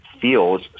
feels